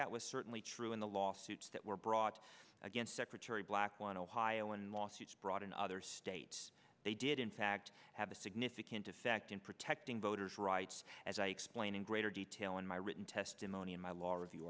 that was certainly true in the lawsuits that were brought against secretary black on ohio and lawsuits brought in other states they did in fact have a significant effect in protecting voters rights as i explained in greater detail in my written testimony in my law review